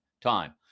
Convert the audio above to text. time